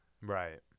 Right